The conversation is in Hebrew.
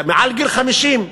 מעל גיל 50,